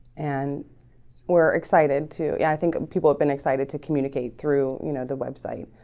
and we're excited too yeah i think people have been excited to communicate through you know the website